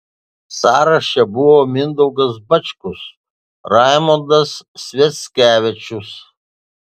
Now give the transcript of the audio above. sąraše buvo mindaugas bačkus raimondas sviackevičius